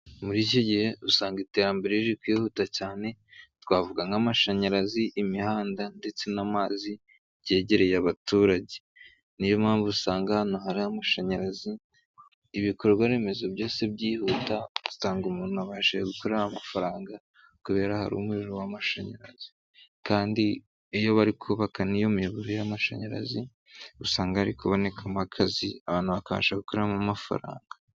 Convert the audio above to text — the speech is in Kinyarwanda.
Muri iki gihe usanga iterambere riri kwihuta cyane, twavuga nk'amashanyarazi, imihanda ndetse n'amazi byegereye abaturage, ni yo mpamvu usanga ahantu hari amashanyarazi ibikorwa remezo byose byihuta ugasanga umuntu abashije gukorera amafaranga kubera hari umuriro w'amashanyarazi, kandi iyo bari kubaka n'iyo miyoboro y'amashanyarazi usanga hari kubonekamo akazi, abantu bakabasha gukuramo amafaranga